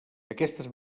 aquestes